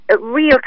real